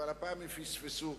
אבל הפעם הם פספסו.